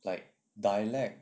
like dialect